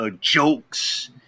jokes